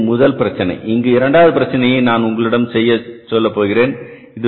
எனவே இது முதல் பிரச்சனை இங்கு இரண்டாவது பிரச்சினையை நான் உங்களிடம் செய்ய சொல்ல போகிறேன்